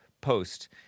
post